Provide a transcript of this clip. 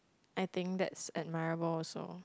I think that's admirable also